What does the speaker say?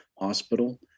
hospital